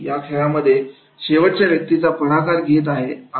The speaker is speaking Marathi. जसे की या खेळामध्ये शेवटच्या व्यक्ती पुढाकार घेत आहे